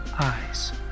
eyes